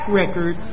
record